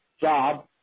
job